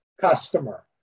customer